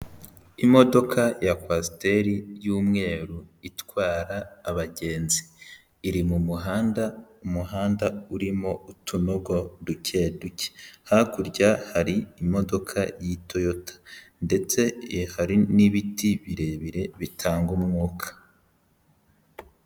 Imodoka ya kwasiteri y'umweru itwara abagenzi, iri mu muhanda, umuhanda urimo utunogo duke duke, hakurya hari imodoka y'itoyota ndetse hari n'ibiti birebire bitanga umwuka.